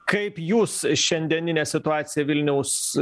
kaip jūs šiandieninę situaciją vilniaus